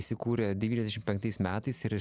įsikūrę devyniasdešim penktais metais ir